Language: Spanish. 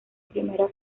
primera